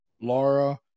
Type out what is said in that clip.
Laura